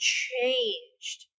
changed